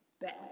bad